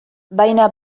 baina